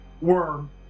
Worm